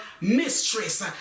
mistress